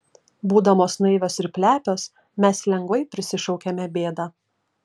būdamos naivios ir plepios mes lengvai prisišaukiame bėdą